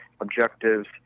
objectives